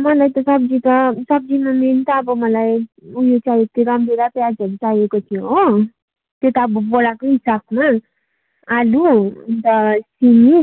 मलाई त सब्जी त सब्जीमा मेन त अब मलाई उयो चाहिएको थियो रामभेँडा प्याजहरू चाहिएको थियो हो त्यो त अब बोराकै हिसाबमा आलु अन्त सिमी